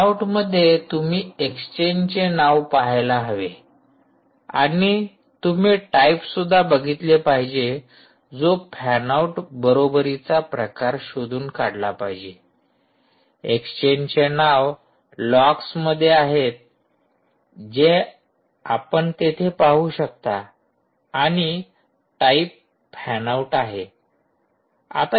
fan आऊटमध्ये तुम्ही एक्सचेंजचे नाव पाहायला हवे आणि तुम्ही टाईपसुद्धा बघितले पाहिजे जो आपण फॅन आऊट बरोबरीचा प्रकार शोधून काढला पाहिजे एक्सचेंजचे नाव लॉग्स आहेत जे आपण तेथे पाहू शकता आणि टाईप फॅन आउट आहे